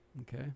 okay